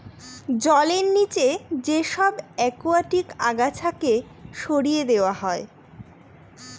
জলের নিচে যে সব একুয়াটিক আগাছাকে সরিয়ে দেওয়া হয়